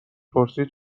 پرسید